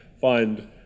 find